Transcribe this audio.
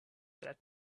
dead